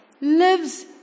lives